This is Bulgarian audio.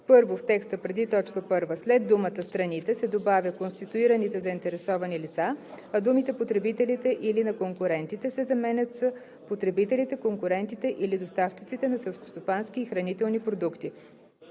1. В текста преди т. 1 след думата „страните“ се добавя „конституираните заинтересовани лица“, а думите „потребителите или на конкурентите“ се заменят с „потребителите, конкурентите или доставчиците на селскостопански и хранителни продукти“.